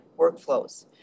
workflows